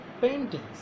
paintings